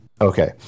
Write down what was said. Okay